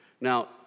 Now